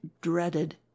dreaded